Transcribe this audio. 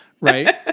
right